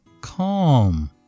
Calm